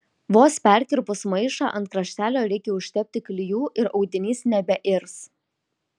vos perkirpus maišą ant kraštelio reikia užtepti klijų ir audinys nebeirs